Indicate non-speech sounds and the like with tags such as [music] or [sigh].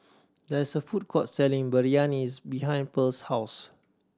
there is a food court selling Biryani [unintelligible] behind Pearl's house